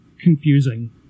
confusing